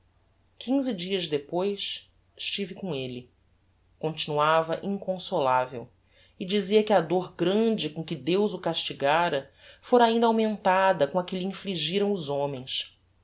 quinze dias depois estive com elle continuava inconsolavel e dizia que a dor grande com que deus o castigára fora ainda augmentada com a que lhe infligiram os homens